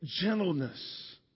gentleness